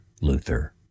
Luther